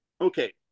okay